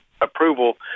approval